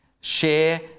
Share